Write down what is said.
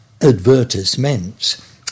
advertisements